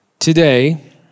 Today